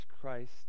Christ